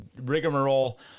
rigmarole